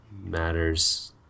matters